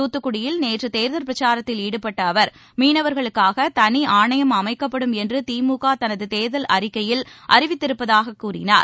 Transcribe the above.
தூத்துக்குடியில் நேற்று தேர்தல் பிரச்சாரத்தில் ஈடுபட்ட அவர் மீனவர்களுக்காக தனி ஆணையம் அமைக்கப்படும் என்று திமுக தனது தேர்தல் அறிக்கையில் அறிவித்திருப்பதாகக் கூறினார்